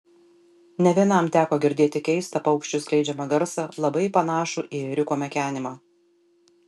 ne vienam teko girdėti keistą paukščių skleidžiamą garsą labai panašų į ėriuko mekenimą